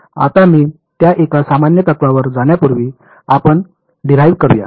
आता मी त्या एका सामान्य तत्त्वावर जाण्यापूर्वी आपण डिराईव्ह करूया